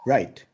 Right